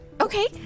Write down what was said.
Okay